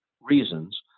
reasons